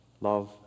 love